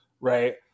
right